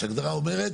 ההגדרה אומרת